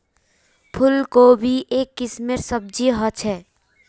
फूल कोबी एक किस्मेर सब्जी ह छे